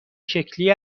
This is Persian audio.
شکلی